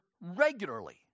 regularly